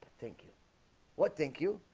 thank you what thank you?